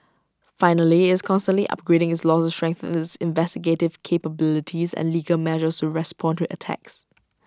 finally is constantly upgrading its laws to strengthen its investigative capabilities and legal measures respond to attacks